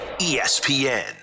ESPN